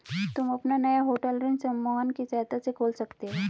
तुम अपना नया होटल ऋण समूहन की सहायता से खोल सकते हो